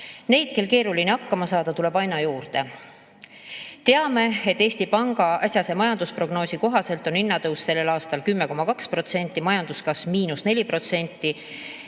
Neid, kel keeruline hakkama saada, tuleb aina juurde. Teame, et Eesti Panga äsjase majandusprognoosi kohaselt on hinnatõus sellel aastal 10,2%, majanduskasv –4%